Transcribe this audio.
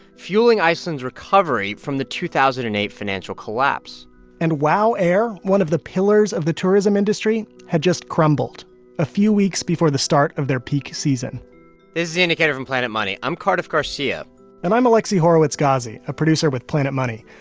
fueling iceland's recovery from the two thousand and eight financial collapse and wow air, one of the pillars of the tourism industry, had just crumbled a few weeks before the start of their peak season this is the indicator from planet money. i'm cardiff garcia and i'm alexi horowitz-ghazi, a producer with planet money.